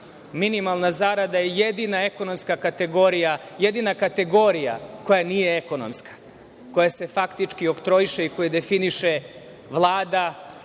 minimalna zarada da je jedina ekonomska kategorija, jedina kategorija koja nije ekonomska, koja se faktički oktroiše i definiše Vlada